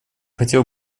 хотела